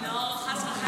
לא, חס וחלילה.